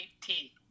tea